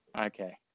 Okay